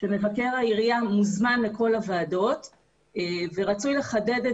מבקר העירייה מוזמן לכל הוועדות ורצוי לחדד את